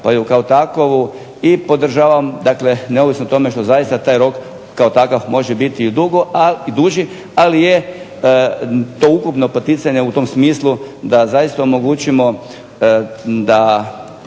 pa ju kao takvu i podržavam, dakle neovisno o tome što zaista taj rok kao takav može biti i duži, ali je to ukupno poticanje u tom smislu da zaista omogućimo da